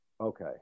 Okay